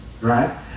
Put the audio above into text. right